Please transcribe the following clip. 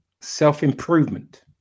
self-improvement